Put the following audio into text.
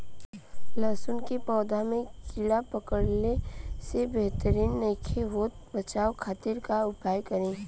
लहसुन के पौधा में कीड़ा पकड़ला से बढ़ोतरी नईखे होत बचाव खातिर का उपाय करी?